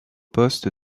poste